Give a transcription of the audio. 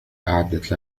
أعدت